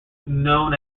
known